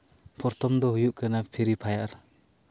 ᱯᱨᱚᱛᱷᱚᱢ ᱫᱚ ᱦᱩᱭᱩᱜ ᱠᱟᱱᱟ ᱯᱷᱨᱤᱼᱯᱷᱟᱭᱟᱨ